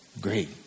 great